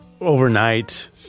Overnight